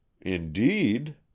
Indeed